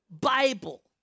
Bible